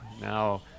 Now